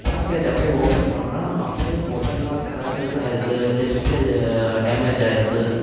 package அப்படியே open பண்ணுறேன் அப்படியே மொபைலலெலாம் ஸ்க்ராச்சஸ் ஆயிருக்குது டிஸ்பிளே டேமேஜ் ஆயிருக்குது